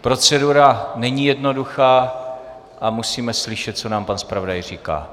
Procedura není jednoduchá a musíme slyšet, co nám pan zpravodaj říká.